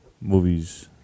Movies